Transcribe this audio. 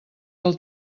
del